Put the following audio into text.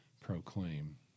proclaim